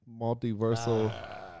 multiversal